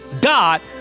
dot